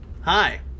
hi